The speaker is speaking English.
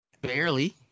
barely